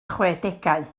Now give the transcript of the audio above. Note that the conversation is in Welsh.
chwedegau